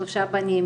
שלושה בנים,